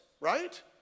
right